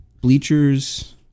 Bleachers